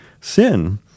sin